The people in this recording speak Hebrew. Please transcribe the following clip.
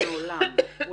מה שמשרד הבריאות קבע?